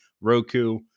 Roku